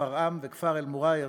שפרעם וכפר אל-מוע'ייר